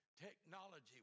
technology